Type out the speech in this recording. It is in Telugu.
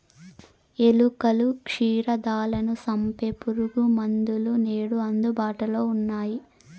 ఎలుకలు, క్షీరదాలను సంపె పురుగుమందులు నేడు అందుబాటులో ఉన్నయ్యి